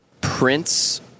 Prince